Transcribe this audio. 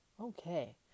Okay